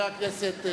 הכנסת,